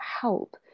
help